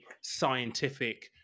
scientific